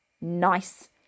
nice